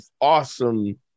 awesome